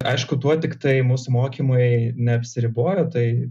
aišku tuo tiktai mūsų mokymai neapsiribojo tai